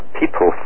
people